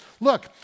Look